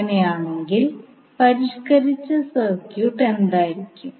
അങ്ങനെയാണെങ്കിൽ പരിഷ്കരിച്ച സർക്യൂട്ട് എന്തായിരിക്കും